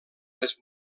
les